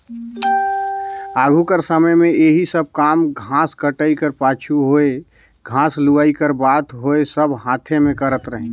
आघु कर समे में एही सब काम घांस कटई कर पाछू होए घांस लुवई कर बात होए सब हांथे में करत रहिन